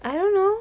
I don't know